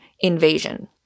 invasion